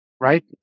Right